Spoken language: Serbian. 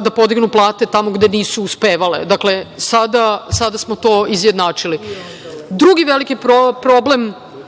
da podignu plate tamo gde nisu uspevale i to smo sada izjednačili. Drugi veliki problem